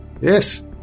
Yes